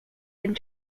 and